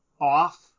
off